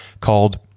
called